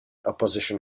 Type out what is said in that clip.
opposition